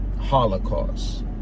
Holocaust